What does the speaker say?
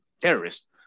terrorist